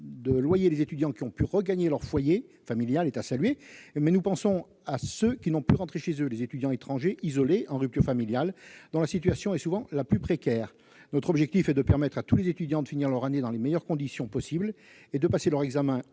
de loyers les étudiants qui ont pu regagner leur foyer familial est à saluer, nous pensons à ceux qui n'ont pu rentrer chez eux : les étudiants étrangers, isolés, en rupture familiale, dont la situation est souvent le plus précaire. Notre objectif est de permettre à tous les étudiants de finir leur année dans les meilleures conditions possible et de passer leurs examens